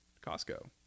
costco